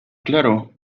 claro